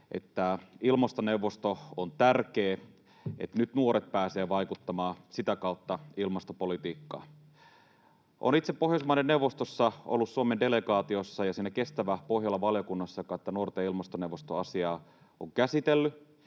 että ilmastoneuvosto on tärkeä, että nyt nuoret pääsevät vaikuttamaan sitä kautta ilmastopolitiikkaan. Olen itse ollut Pohjoismaiden neuvostossa Suomen delegaatiossa ja Kestävä Pohjola ‑valiokunnassa, joka tätä nuorten ilmastoneuvostoasiaa on käsitellyt.